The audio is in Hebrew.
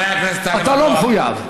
אתה לא מחויב.